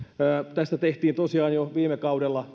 tästä tehtiin tosiaan jo viime kaudella